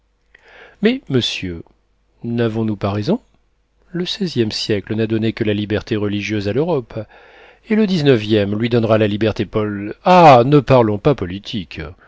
mais monsieur n'avons-nous pas raison le seizième siècle n'a donné que la liberté religieuse à l'europe et le dix-neuvième lui donnera la liberté pol ah ne parlons pas politique